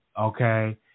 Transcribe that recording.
Okay